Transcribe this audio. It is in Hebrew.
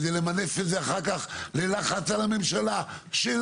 כדי למנף את זה אחר כך ללחץ על הממשלה שלנו,